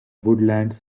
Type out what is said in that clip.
woodlands